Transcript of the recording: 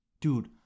dude